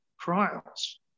trials